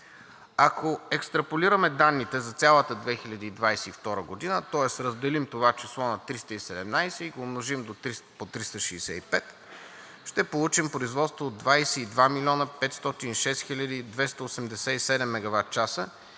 Ако екстраполираме данните за цялата 2022 г., тоест разделим това число на 317 и го умножим по 365, ще получим производство от 22 млн. 506 хил. 287 мегаватчаса,